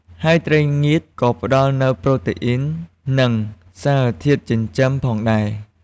ហើយត្រីងៀតក៏ផ្តល់នូវ ប្រូតេអ៊ីន និងសារធាតុចិញ្ចឹម ផងដែរ។